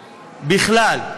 בכלל,